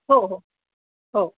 हो हो हो